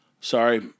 Sorry